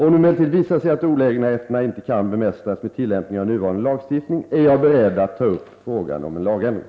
Om det emellertid visar sig att olägenheterna inte kan bemästras med tillämpning av den nuvarande lagstiftningen är jag beredd att ta upp frågan om en lagändring.